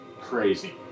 crazy